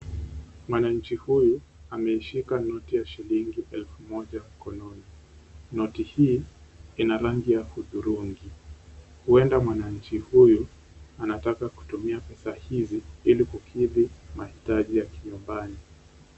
Mwananchi huyu ameishika noti ya shilingi elfu moja mkononi. Noti hii ina rangi ya hudhurungi. Huenda mwananchi huyu anataka kutumia pesa hizi ili kukidhi mahitaji ya kinyumbani.